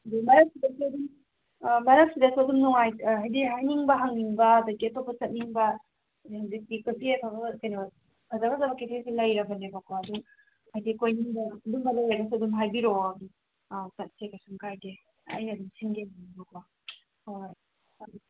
ꯑꯗꯨ ꯃꯔꯛꯁꯤꯗꯁꯨ ꯑꯗꯨꯝ ꯃꯔꯛꯁꯤꯗꯁꯨ ꯑꯗꯨꯝ ꯍꯥꯏꯕꯗꯤ ꯍꯥꯏꯅꯤꯡꯕ ꯍꯪꯅꯤꯡꯕ ꯑꯗꯒꯤ ꯑꯇꯣꯞꯄ ꯆꯠꯅꯤꯡꯕ ꯑꯗꯨ ꯍꯧꯖꯤꯛꯇꯤ ꯐꯣꯔꯇꯤ ꯑꯩꯠ ꯑꯥꯋꯥꯔ ꯀꯩꯅꯣ ꯐꯖ ꯐꯖꯕ ꯀꯦꯐꯦꯁꯤ ꯂꯩꯔꯕꯅꯦꯕꯀꯣ ꯑꯗꯨ ꯍꯥꯏꯕꯗꯤ ꯀꯣꯏꯅꯤꯡꯕ ꯑꯗꯨꯒꯨꯝꯕ ꯂꯩꯔꯒꯁꯨ ꯑꯗꯨꯝ ꯍꯥꯏꯕꯤꯔꯛꯑꯣ ꯆꯠꯁꯦ ꯀꯔꯤꯁꯨ ꯀꯥꯏꯗꯦ ꯑꯩꯅ ꯑꯗꯨꯝ ꯁꯤꯟꯒꯦ ꯍꯣꯏ ꯍꯣꯏ